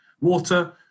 water